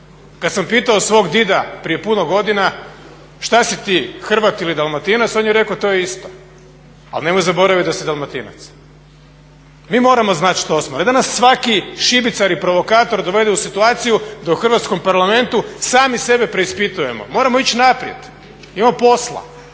Kad sam pitao svog dida prije puno godina što si ti, Hrvat ili Dalmatinac? On je rekao to je isto. Ali nemoj zaboraviti da si Dalmatinac. Mi moramo znati što smo, a ne da nas svaki šibicar i provokator dovede u situaciju da u Hrvatskom parlamentu sami sebe preispitujemo. Moramo ići naprijed, imamo posla.